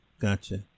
gotcha